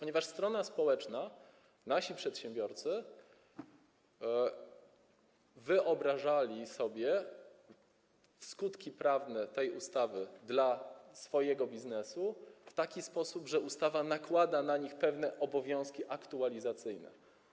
Dlatego że strona społeczna, tj. nasi przedsiębiorcy, wyobrażała sobie skutki prawne tej ustawy dla swojego biznesu w taki sposób, że ustawa nakłada na nich pewne obowiązki aktualizacyjne.